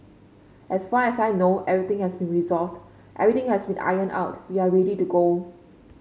as far as I know everything has been resolved everything has been ironed out we are ready to go